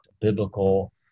biblical